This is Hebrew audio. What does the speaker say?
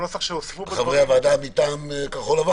חברי הוועדה מטעם כחול לבן.